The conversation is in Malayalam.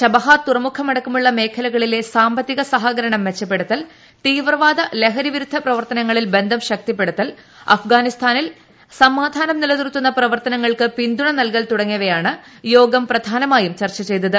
ചബഹാർ തുറമുഖമടക്കമുള്ള മേഖലകളിലെ സാമ്പത്തിക സഹകരണം മെച്ചപ്പെടുത്തൽ തീവ്രവാദ ലഹരി വിരുദ്ധ പ്രവർത്തനങ്ങളിൽ ബന്ധം ശക്തിപ്പെടുത്തൽ അഫ്ഗാനിസ്ഥാനിൽ സമാധാനം നിലനിർത്തുന്ന പ്രവർത്തനങ്ങൾക്ക് പിന്തുണ നല്കൽ തുടങ്ങിയവയാണ് യോഗം പ്രധാനമായും ചർച്ച ചെയ്തത്